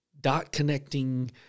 dot-connecting